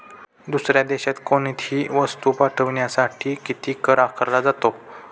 दुसऱ्या देशात कोणीतही वस्तू पाठविण्यासाठी किती कर आकारला जातो?